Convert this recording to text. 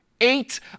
eight